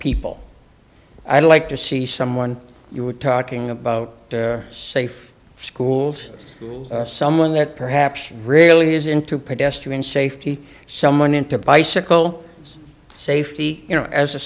people i'd like to see someone you were talking about safe schools someone that perhaps really is into pedestrian safety someone into bicycle safety you know as a